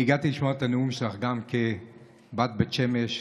אני הגעתי לשמוע את הנאום שלך גם כבת בית שמש,